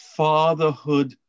fatherhood